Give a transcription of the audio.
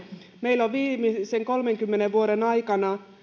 meillä on viimeisen kolmenkymmenen vuoden aikana